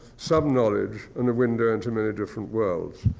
some knowledge, and a window into many different worlds.